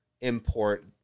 import